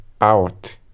out